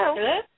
Hello